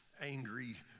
angry